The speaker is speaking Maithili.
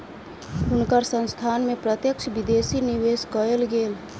हुनकर संस्थान में प्रत्यक्ष विदेशी निवेश कएल गेल